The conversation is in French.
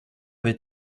avait